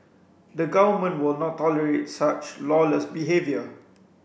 the Government will not tolerate such lawless behaviour